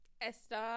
esther